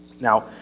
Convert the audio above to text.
now